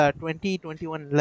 2021